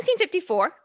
1954